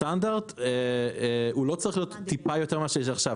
הסטנדרט הוא לא צריך להיות טיפה יותר ממה שיש עכשיו.